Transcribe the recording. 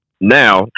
now